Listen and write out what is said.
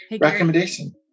recommendation